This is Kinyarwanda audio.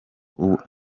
ubwa